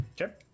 Okay